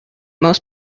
most